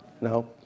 No